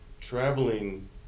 traveling